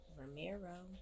Ramiro